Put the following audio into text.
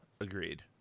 Agreed